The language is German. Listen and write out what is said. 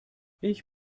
ich